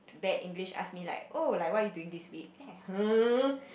bad English like ask me like oh like what are you doing this week then I hmm